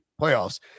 playoffs